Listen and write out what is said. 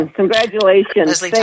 Congratulations